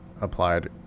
applied